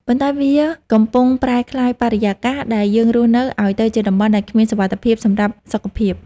ប៉ុន្តែវាកំពុងប្រែក្លាយបរិយាកាសដែលយើងរស់នៅឱ្យទៅជាតំបន់ដែលគ្មានសុវត្ថិភាពសម្រាប់សុខភាព។